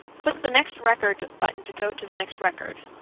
click the next record button to go to the next record